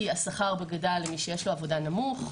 כי השכר בגדה למי שיש לו עבודה הוא נמוך.